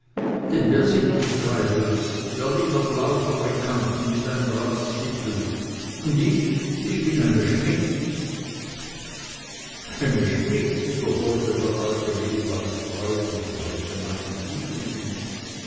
denn wer sind die treibels berliner blau fabrikanten mit einem ratstitel und ich ich bin eine schmidt eine schmidt wiederholte der alte wilibald freudig gleich danach hinzufügend